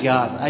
God